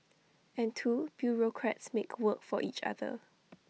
and two bureaucrats make work for each other